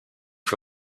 for